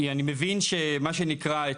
אני מבין מה שנקרא,